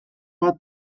bat